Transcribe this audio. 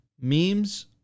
memes